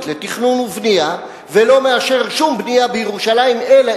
לתכנון ובנייה ולא מאשר שום בנייה בירושלים אלא